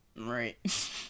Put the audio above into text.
Right